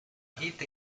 hit